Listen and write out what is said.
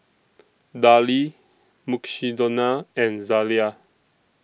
Darlie Mukshidonna and Zalia